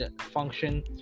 function